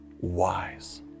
wise